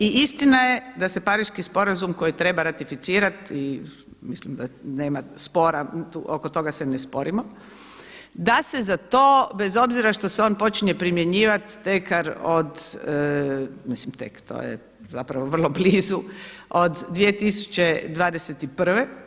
I istina je da se Pariški sporazum koji treba ratificirati, mislim da nema spora, oko toga se ne sporimo da se za to bez obzira što se on počinje primjenjivati tek od, mislim tek, to je zapravo vrlo blizu, po planovima i po sredstvima vrlo blizu od 2021.